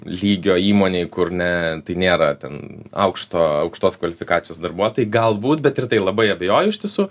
lygio įmonėj kur ne tai nėra ten aukšto aukštos kvalifikacijos darbuotojai galbūt bet ir tai labai abejoju iš tiesų